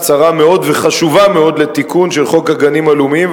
קצרה מאוד וחשובה מאוד לתיקון חוק הגנים הלאומיים,